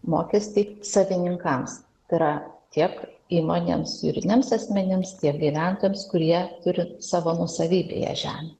mokestį savininkams yra tiek įmonėms juridiniams asmenims tiek gyventojams kurie turi savo nuosavybėje žemę